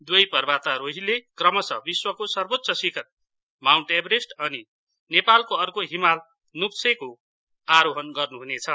दुवै पर्वतारोहीले क्रमशः विश्वको सर्वोच्च शिखर माउन्ट एभरेस्ट अनि नेपालको अर्को हिमाल नुस्सेको आरोहण गर्नुहुनेछ